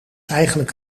eigenlijk